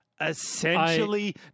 essentially